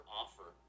offer